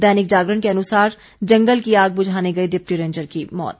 दैनिक जागरण के अनुसार जंगल की आग बुझाने गए डिप्टी रेंजर की मौत